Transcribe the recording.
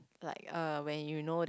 like uh when you know that